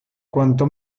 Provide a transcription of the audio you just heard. cuanta